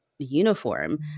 uniform